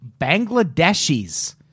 Bangladeshis